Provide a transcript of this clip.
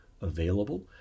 available